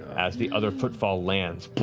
as the other footfall lands,